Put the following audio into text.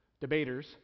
debaters